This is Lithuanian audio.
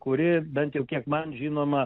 kuri bent jau kiek man žinoma